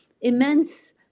immense